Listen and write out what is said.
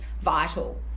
vital